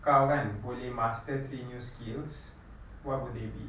kalau kan boleh master three new skills what would they be